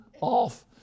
off